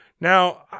Now